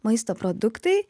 maisto produktai